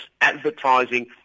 advertising